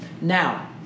Now